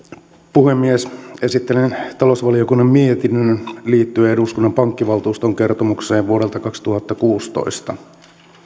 puhemies esittelen talousvaliokunnan mietinnön liittyen eduskunnan pankkivaltuuston kertomukseen vuodelta kaksituhattakuusitoista